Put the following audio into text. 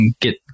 Get